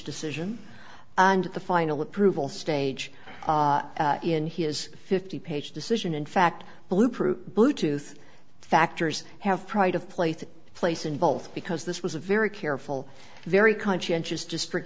decision and the final approval stage in his fifty page decision in fact blue proof blue tooth factors have pride of place in place in both because this was a very careful very conscientious district